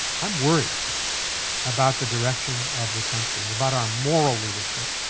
i'm worried about the direction of the country, about our moral leadership,